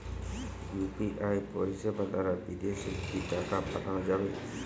UPI পরিষেবা দারা বিদেশে কি টাকা পাঠানো যাবে?